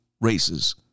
races